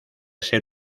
ser